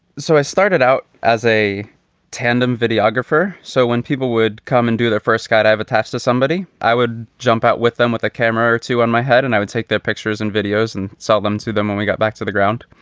so i started out as a tandem videographer. so when people would come and do their first skydive attached to somebody, i would jump out with them with a camera too on my head and i would take their pictures and videos and sell them to them when we got back to the ground.